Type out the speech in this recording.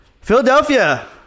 Philadelphia